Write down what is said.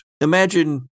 Imagine